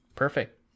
perfect